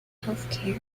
healthcare